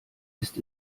ist